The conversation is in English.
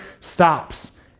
stops